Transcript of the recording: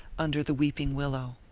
under the weeping willow.